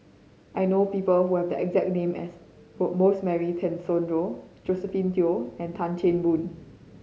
I know people who have the exact name as Rosemary Tessensohn Josephine Teo and Tan Chan Boon